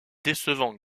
décevants